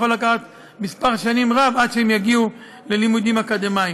יכול לקחת מספר רב של שנים עד שהם יגיעו ללימודים אקדמיים.